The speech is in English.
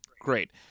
Great